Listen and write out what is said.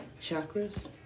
chakras